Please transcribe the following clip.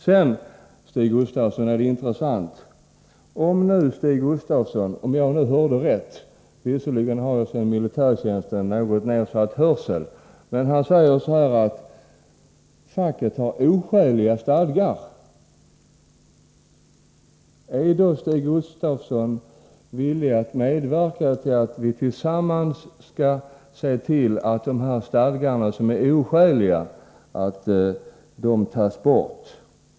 Sedan något som också är intressant: Om jag hörde rätt — jag har sedan militärtjänsten något nedsatt hörsel — sade Stig Gustafsson att facket har oskäliga stadgar. Är då Stig Gustafsson villig att medverka till att vi tillsammans ser till att de stadgebestämmelser som är oskäliga tas bort?